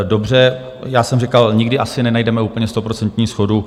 Dobře, já jsem říkal, nikdy asi nenajdeme úplně stoprocentní shodu.